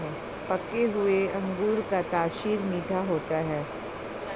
पके हुए अंगूर का तासीर मीठा होता है